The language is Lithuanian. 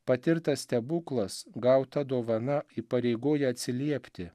patirtas stebuklas gauta dovana įpareigoja atsiliepti